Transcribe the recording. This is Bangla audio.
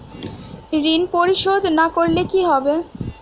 ঋণ পরিশোধ না করলে কি হবে?